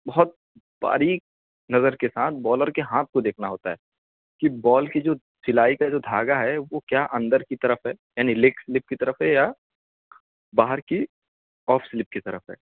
بہت باریک نظر کے ساتھ بالر کے ہاتھ کو دیکھنا ہوتا ہے کہ بال کی جو سلائی کا جو دھاگا ہے وہ کیا اندر کی طرف ہے یعنی لیگ سلپ کی طرف ہے یا باہر کی آف سلپ کی طرف ہے